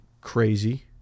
crazy